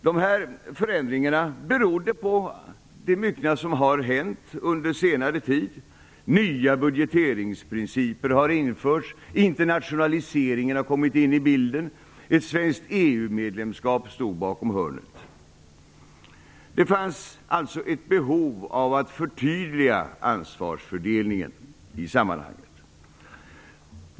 De här förändringarna berodde på det myckna som har hänt under senare tid. Nya budgeteringsprinciper har införts. Internationaliseringen har kommit in i bilden, och ett svenskt EU medlemskap väntade bakom hörnet. Det fanns alltså ett behov av att förtydliga ansvarsfördelningen i sammanhanget.